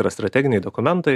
yra strateginiai dokumentai